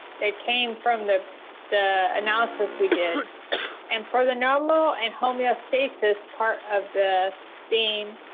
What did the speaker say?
that came from the the analysis we did and for the normal and homeostasis part of the theme.